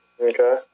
Okay